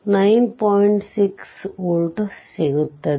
6volt ಸಿಗುತ್ತದೆ